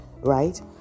right